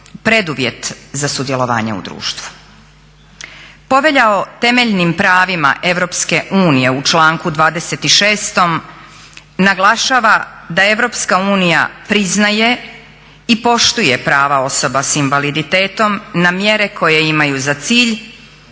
preduvjet za sudjelovanje u društvu. Povelja o temeljnim pravima Europske unije u članku 26. naglašava da Europska unija priznaje i poštuje prava osoba s invaliditetom na mjere koje imaju za cilj